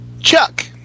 Chuck